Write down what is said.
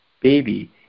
baby